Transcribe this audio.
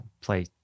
play